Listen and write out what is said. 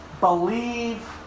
Believe